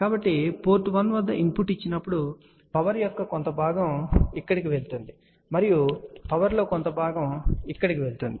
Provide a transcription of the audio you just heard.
కాబట్టి పోర్ట్ 1 వద్ద ఇన్పుట్ ఇచ్చినప్పుడు పవర్ యొక్క కొంత భాగం ఇక్కడకు వెళుతుంది మరియు పవర్లో కొంత భాగం ఇక్కడకు వెళ్తుంది